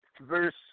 verse